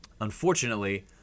unfortunately